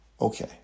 Okay